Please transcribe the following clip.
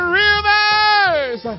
rivers